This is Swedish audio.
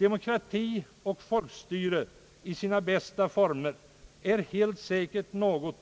Demokrati och folkstyre i sina bästa former är helt säkert något